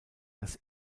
das